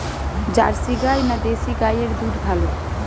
Jersey গাই না দেশী গাইয়ের দুধ ভালো?